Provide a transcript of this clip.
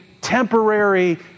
temporary